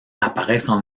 apparaissent